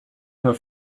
her